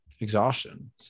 exhaustion